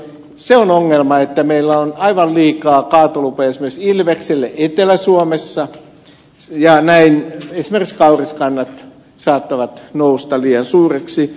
se on ongelma että meillä on aivan liikaa kaatolupia esimerkiksi ilvekselle etelä suomessa ja näin esimerkiksi kauriskannat saattavat nousta liian suuriksi